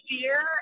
fear